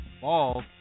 ball